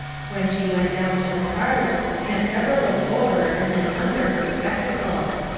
when she went down to the parlour, aunt deborah looked over and then under her spectacles.